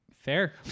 fair